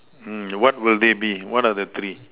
mm what will they be what are the three